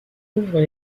couvrent